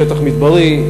שטח מדברי,